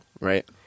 Right